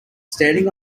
standing